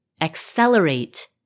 accelerate